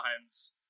times